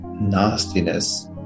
nastiness